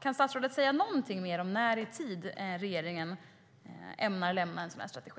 Kan statsrådet säga något mer om när regeringen ämnar lägga fram en sådan här strategi?